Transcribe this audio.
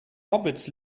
hobbits